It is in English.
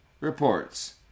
reports